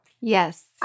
Yes